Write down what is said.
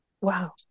Wow